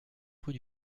rue